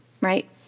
right